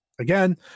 again